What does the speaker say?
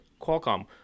Qualcomm